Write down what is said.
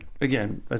Again